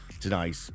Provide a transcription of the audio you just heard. tonight